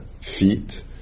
feet